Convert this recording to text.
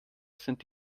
sind